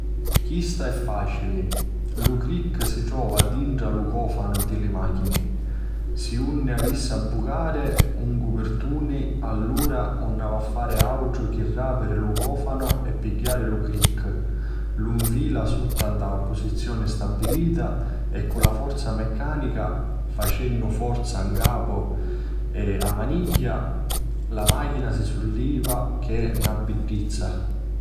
Chista è facili! lu cric si trova dintra lu còfanu di li màchini. Si unu avissi a bucari un cupirtuni allura nu avi a fari autru chi rapiri lu còfanu e pigghiari lu cric. lu nfila sutta nta na pusizioni stabilità e cu la forza meccanica, facennu forza ncapu la manigghia, la machina si sulleva che è na biddizza.